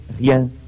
rien